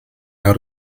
out